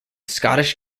scottish